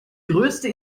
größte